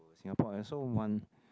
Singapore and also one